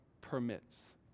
permits